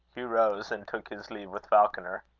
hugh rose, and took his leave with falconer.